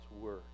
Word